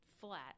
flat